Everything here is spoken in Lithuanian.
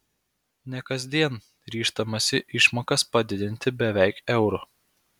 ne kasdien ryžtamasi išmokas padidinti beveik euru